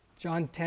John